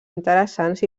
interessants